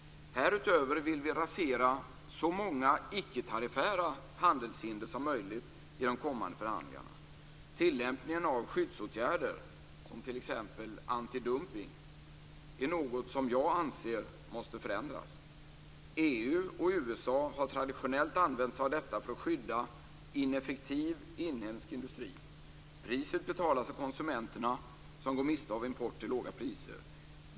Härutöver vill vi rasera så många icke-tariffära handelshinder som möjligt i de kommande förhandlingarna. Tillämpningen av skyddsåtgärder, t.ex. antidumpning, är något som jag anser måste förändras. EU och USA har traditionellt använt sig av detta för att skydda ineffektiv inhemsk industri. Priset betalas av konsumenterna som går miste om import till låga priser.